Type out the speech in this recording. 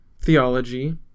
theology